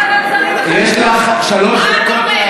תפסיקי לצרוח.